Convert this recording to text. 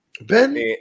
Ben